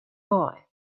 boy